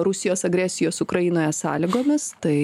rusijos agresijos ukrainoje sąlygomis tai